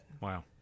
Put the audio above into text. Wow